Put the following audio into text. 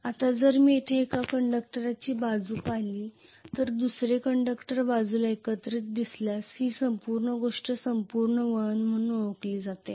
आता जर मी येथे एका कंडक्टरची बाजू पाहिली तर येथे दुसरी कंडक्टर बाजूला एकत्रित दिसल्यास ही संपूर्ण गोष्ट संपूर्ण वळण म्हणून ओळखली जाते